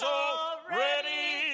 already